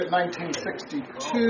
1962